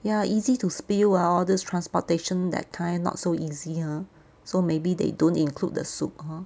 ya easy to spill while all these transportation that kind not so easy ah so maybe they don't include the soup hor